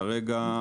כרגע,